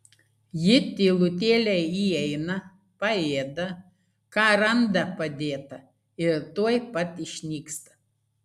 ji tylutėliai įeina paėda ką randa padėta ir tuoj pat išnyksta